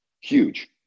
huge